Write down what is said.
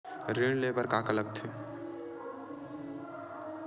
ऋण ले बर का का लगथे?